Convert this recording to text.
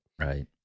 right